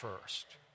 first